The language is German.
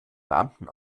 beamten